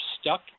stuck